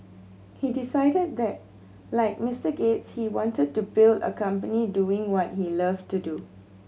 he decided that like Mister Gates he wanted to build a company doing what he love to do